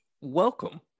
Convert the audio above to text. welcome